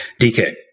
DK